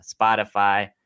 Spotify